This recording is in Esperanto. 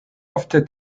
ofte